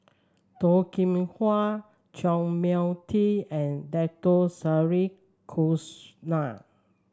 Toh Kim Hwa Chua Mia Tee and Dato Sri Krishna